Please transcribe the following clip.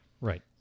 Right